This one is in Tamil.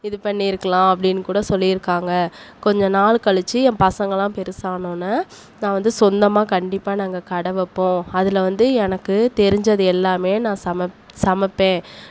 இது பண்ணிருக்கலாம் அப்படினு கூட சொல்லியிருக்காங்க கொஞ்ச நாள் கழித்து என் பசங்களாம் பெருசானோன்ன நான் வந்து சொந்தமாக கண்டிப்பாக நாங்கள் கடை வைப்போம் அதில் வந்து எனக்கு தெரிஞ்சது எல்லாமே நான் சம சமைப்பேன்